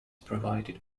provided